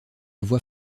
voix